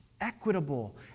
equitable